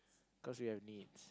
cause you have needs